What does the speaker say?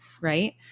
right